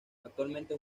actualmente